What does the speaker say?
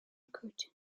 curtain